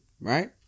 Right